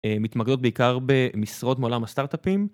מתמקדות בעיקר במשרות מעולם הסטארט-אפים.